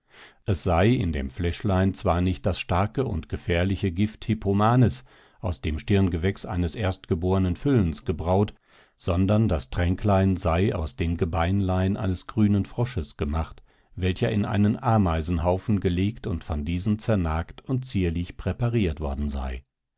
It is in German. es sei in dem fläschlein zwar nicht das starke und gefährlichere gift hippomanes aus dem stirngewächs eines erstgebornen füllens gebraut sondern das tränklein sei aus den gebeinlein eines grünen frosches gemacht welcher in einen ameisenhaufen gelegt und von diesen zernagt und zierlich präpariert worden sei